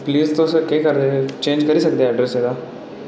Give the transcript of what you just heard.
please तुस केह् करदे चेंज करी सकदे अड्रैस एह्दा